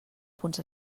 punts